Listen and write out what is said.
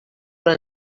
però